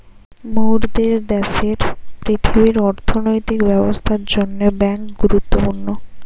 মোরদের দ্যাশের পৃথিবীর অর্থনৈতিক ব্যবস্থার জন্যে বেঙ্ক গুরুত্বপূর্ণ